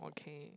okay